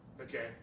Okay